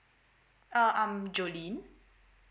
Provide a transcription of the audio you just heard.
uh I'm jolene